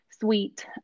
sweet